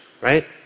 Right